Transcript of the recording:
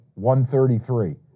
133